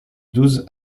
douze